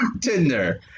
Tinder